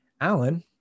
Alan